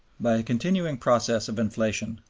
by a continuing process of inflation,